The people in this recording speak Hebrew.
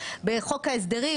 לחוק ההסדרים,